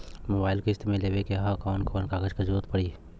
Mobile किस्त मे लेवे के ह कवन कवन कागज क जरुरत पड़ी?